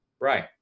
right